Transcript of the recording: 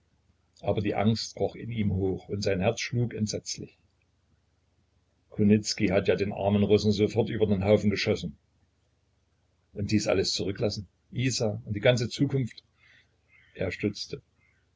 aber die angst kroch in ihm hoch und sein herz schlug entsetzlich kunicki hat ja den armen russen sofort über den haufen geschossen und dies alles zurücklassen isa und die ganze zukunft er stutzte